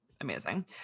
amazing